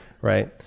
right